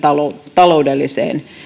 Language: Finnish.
taloudelliseen